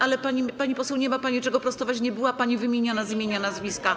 Ale, pani poseł, nie ma pani czego prostować, nie była pani wymieniona z imienia i nazwiska.